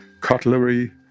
cutlery